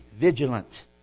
vigilant